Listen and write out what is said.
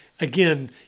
again